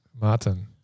Martin